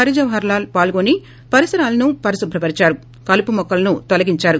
హరిజవహర్ లాల్ పాల్గొని పరిసరాలను పరిశుభ్ర పర్సారు కలుపు మొక్కలను తొలగించారు